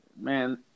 man